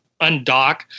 undock